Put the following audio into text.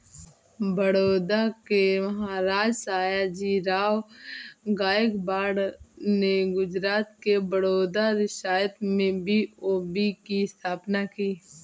बड़ौदा के महाराजा, सयाजीराव गायकवाड़ ने गुजरात के बड़ौदा रियासत में बी.ओ.बी की स्थापना की